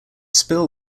spill